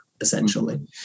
essentially